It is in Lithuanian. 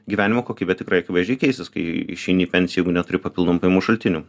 gyvenimo kokybė tikrai akivaizdžiai keisis kai išeini į pensiją jeigu neturi papildomų pajamų šaltinių